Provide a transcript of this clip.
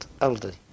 elderly